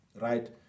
right